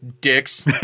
dicks